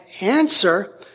answer